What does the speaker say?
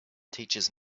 teaches